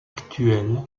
actuelle